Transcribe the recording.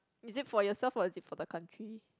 is it for yourself or is it for the country